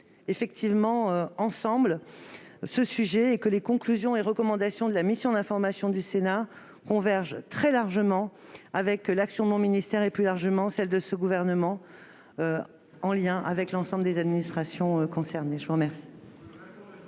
sommes emparés de ce sujet. Les conclusions et recommandations de la mission d'information du Sénat convergent très largement avec l'action de mon ministère et, plus largement, celle de ce gouvernement, en lien avec l'ensemble des administrations concernées. Vous ne